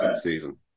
season